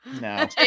No